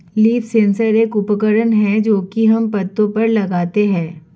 leaf sensor एक उपकरण है जो की हम पत्तो पर लगाते है